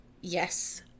yes